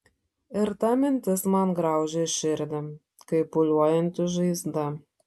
ir ta mintis man graužia širdį kaip pūliuojanti žaizda